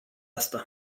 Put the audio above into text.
asta